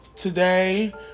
Today